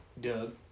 Doug